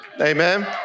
Amen